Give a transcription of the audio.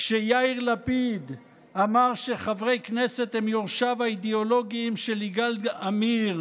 כשיאיר לפיד אמר שחברי כנסת הם יורשיו האידיאולוגיים של יגאל עמיר,